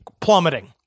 plummeting